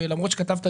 למרות שזה נכתב בחוק,